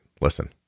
listen